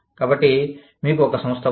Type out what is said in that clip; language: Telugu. కాబట్టి మీకు ఒక సంస్థ ఉంది